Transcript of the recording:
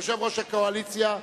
יושב-ראש הקואליציה,